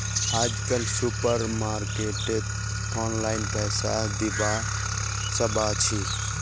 आजकल सुपरमार्केटत ऑनलाइन पैसा दिबा साकाछि